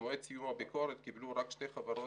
במועד סיום הביקורת קיבלו רק שתי חברות